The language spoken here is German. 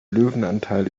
löwenanteil